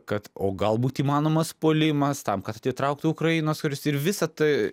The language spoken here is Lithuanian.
kad o galbūt įmanomas puolimas tam kad atitrauktų ukrainos karius ir visa tai